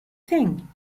thing